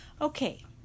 Okay